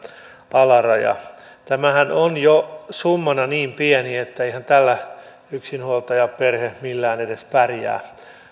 alaraja tämähän on jo summana niin pieni että eihän yksinhuoltajaperhe millään edes pärjää